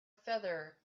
feather